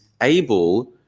able